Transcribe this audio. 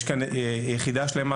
יש כאן יחידה שלמה,